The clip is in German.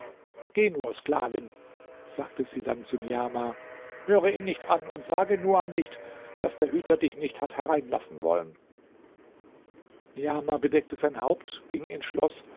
geh nur sklavin sagte sie dann zu niamah höre ihn nicht an und sage nuam nicht daß der hüter dich nicht hat hereinlassen wollen niamah bedeckte sein haupt ging ins schloß